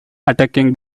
attacking